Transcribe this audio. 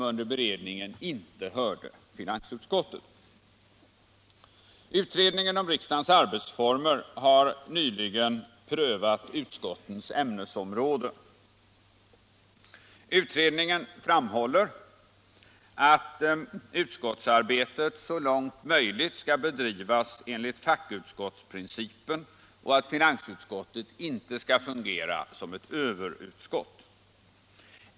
Utredningen om riksdagens arbetsformer har nyligen prövat utskottens ämnesområden. Utredningen framhåller att utskottsarbetet så långt möjligt skall bedrivas enligt fackutskottsprincipen och att finansutskottet icke skall fungera som ett överutskott.